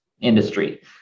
industry